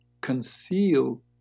conceal